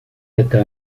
это